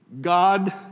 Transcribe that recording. God